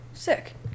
Sick